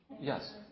yes